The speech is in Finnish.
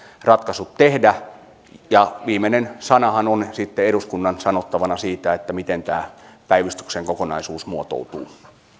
ratkaisut tehdä viimeinen sanahan on sitten eduskunnan sanottavana siitä miten tämä päivystyksen kokonaisuus muotoutuu